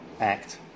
act